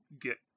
get